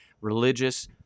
religious